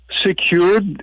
secured